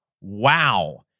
Wow